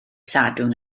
sadwrn